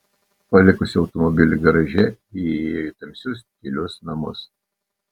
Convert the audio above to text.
palikusi automobilį garaže ji įėjo į tamsius tylius namus